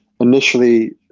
Initially